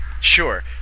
Sure